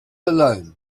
alone